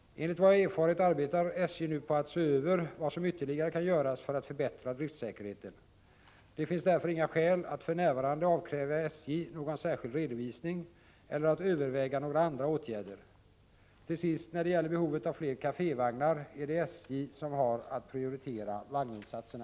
Enligt vad jag erfarit arbetar SJ nu på att se över vad som ytterligare kan göras för att förbättra driftsäkerheten. Det finns därför inga skäl att för närvarande avkräva SJ någon särskild redovisning eller att överväga några andra åtgärder. Till sist — när det gäller behovet av fler kafévagnar vill jag framhålla att det är SJ som har att prioritera vagninsatserna.